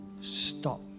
stop